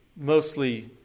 Mostly